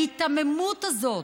ההיתממות הזאת,